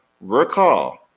recall